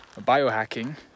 biohacking